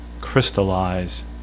crystallize